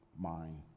mind